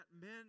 men